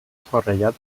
forrellat